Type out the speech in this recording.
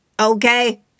Okay